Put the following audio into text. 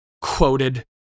quoted